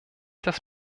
das